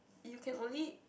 you can only